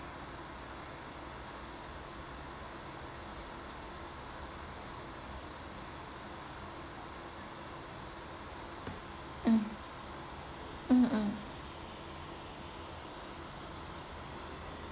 um mm mm